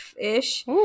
ish